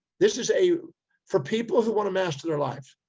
this is a for people who want to master their life,